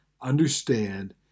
understand